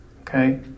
okay